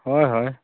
ᱦᱳᱭ ᱦᱳᱭ